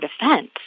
defense